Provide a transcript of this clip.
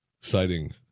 Citing